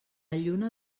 lluna